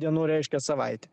dienų reiškia savaitę